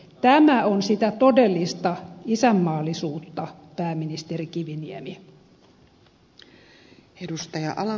tämä on sitä todellista isänmaallisuutta pääministeri kiviniemi